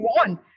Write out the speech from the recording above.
on